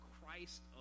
Christ